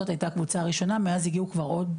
זאת היתה הקבוצה הראשונה, מאז הגיעו כבר עוד